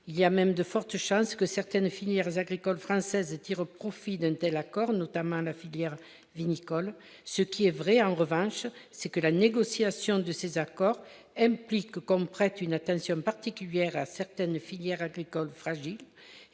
il y a même de fortes chances que certaines filières agricoles françaises tirent profit d'telle accords notamment la filière vinicole, ce qui est vrai en revanche c'est que la négociation de ces accords, M. Picot comme prête une attention particulière à certaines filières agricoles fragile